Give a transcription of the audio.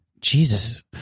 Jesus